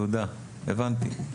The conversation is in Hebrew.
יהודה, הבנתי.